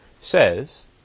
says